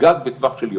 גג בטווח של יום.